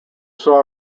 soil